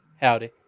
Howdy